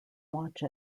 watch